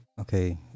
Okay